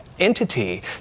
entity